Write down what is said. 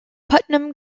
putnam